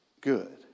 Good